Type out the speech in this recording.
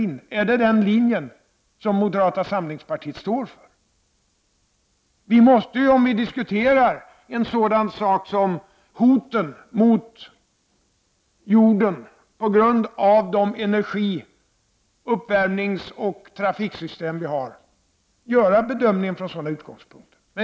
Är det den linjen som moderata samlingspartiet står för? Om vi diskuterar en sådan sak som hoten mot jorden på grund av de energi-, uppvärmningsoch trafiksystem som finns, måste vi göra bedömningen från sådana utgångspunkter.